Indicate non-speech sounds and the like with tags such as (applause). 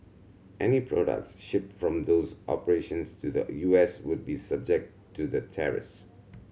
any products shipped from those operations to the U S would be subject to the (unintelligible)